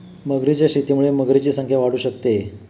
मगरींच्या शेतीमुळे मगरींची संख्या वाढू शकते